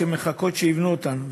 שמחכות שיבנו אותן,